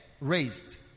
raised